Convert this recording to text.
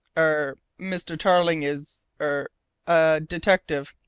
er mr. tarling is er a detective.